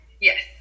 Yes